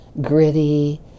gritty